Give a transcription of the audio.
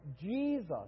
Jesus